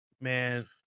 Man